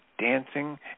dancing